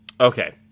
okay